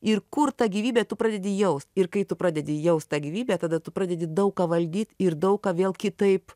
ir kur ta gyvybė tu pradedi jaust ir kai tu pradedi jaust tą gyvybę tada tu pradedi daug ką valdyt ir daug ką vėl kitaip